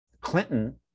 clinton